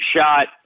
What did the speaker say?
shot